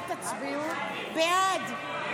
הסתייגות 368 לחלופין ב לא נתקבלה.